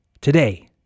today